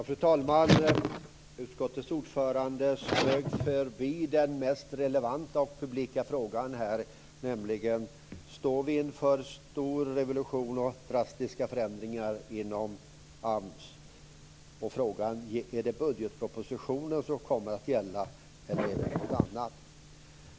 Fru talman! Utskottets ordförande strök förbi den mest relevanta och publika frågan här, nämligen: Står vi inför stor revolution och drastiska förändringar inom AMS? Och frågan är: Är det budgetpropositionen som kommer att gälla, eller är det något annat?